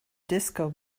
disco